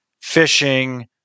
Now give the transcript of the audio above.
fishing